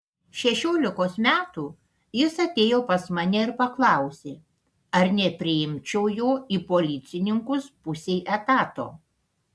šešiolikos metų jis atėjo pas mane ir paklausė ar nepriimčiau jo į policininkus pusei etato